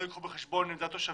לא ייקחו בחשבון את עמדות תושבים,